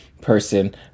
Person